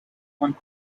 one